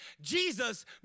Jesus